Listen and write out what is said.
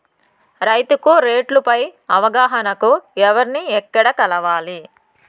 రైతుకు రేట్లు పై అవగాహనకు ఎవర్ని ఎక్కడ కలవాలి?